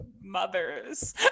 mothers